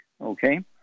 Okay